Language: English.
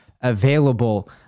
available